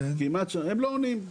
הם לא עונים.